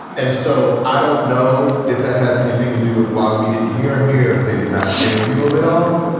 and so i don't know if that has anything to do with why we didn't hear him here, if they did not interview him at all.